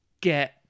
get